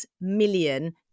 million